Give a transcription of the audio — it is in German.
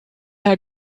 herr